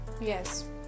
yes